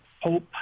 hope